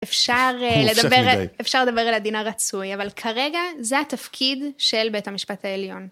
אפשר לדבר אפשר לדבר על הדין הרצוי, אבל כרגע זה התפקיד של בית המשפט העליון.